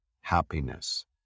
happiness